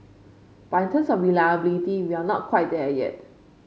but in terms of reliability we are not quite there yet